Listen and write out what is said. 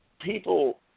people